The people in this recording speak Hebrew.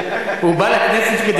בבקשה,